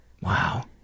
Wow